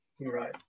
Right